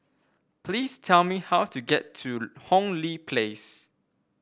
please tell me how to get to Hong Lee Place